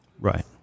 Right